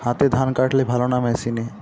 হাতে ধান কাটলে ভালো না মেশিনে?